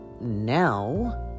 now